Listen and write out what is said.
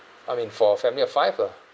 I mean for family of five uh